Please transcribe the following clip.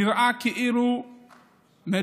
נראה כאילו מדברים